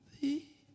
thee